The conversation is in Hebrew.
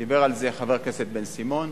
דיבר על זה חבר הכנסת בן-סימון.